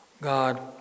God